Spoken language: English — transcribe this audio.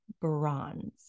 bronze